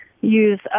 use